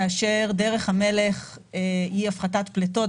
כאשר דרך המלך היא הפחתת פליטות.